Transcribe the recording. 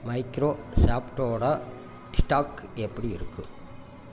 மைக்ரோசாப்டோட stock எப்படி இருக்கு